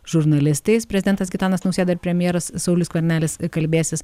žurnalistais prezidentas gitanas nausėda ir premjeras saulius skvernelis kalbėsis